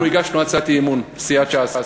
אנחנו הגשנו הצעת אי-אמון, סיעת ש"ס.